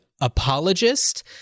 apologist